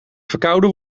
verkouden